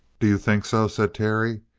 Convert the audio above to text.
do you think so? said terry.